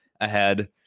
ahead